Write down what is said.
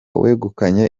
wegukanye